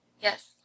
Yes